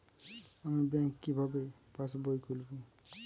আমি ব্যাঙ্ক কিভাবে পাশবই খুলব?